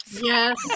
Yes